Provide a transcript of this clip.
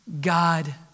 God